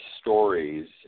stories